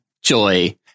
joy